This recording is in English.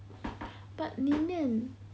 but 里面